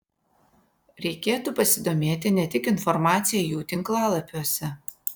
reikėtų pasidomėti ne tik informacija jų tinklalapiuose